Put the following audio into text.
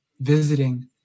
visiting